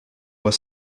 were